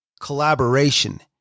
collaboration